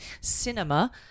cinema